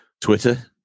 Twitter